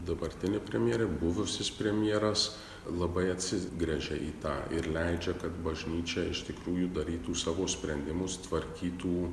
dabartinė premjerė buvusis premjeras labai atsigręžė į tą ir leidžia kad bažnyčia iš tikrųjų darytų savo sprendimus tvarkytų